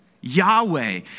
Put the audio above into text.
Yahweh